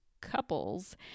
couples